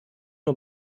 nur